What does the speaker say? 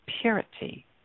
purity